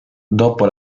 dopo